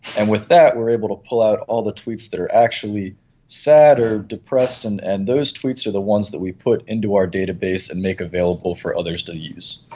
and with that were able to pull out all the tweets are actually sad or depressed, and and those tweets are the ones that we put into our database and make available for others to use.